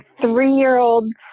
three-year-old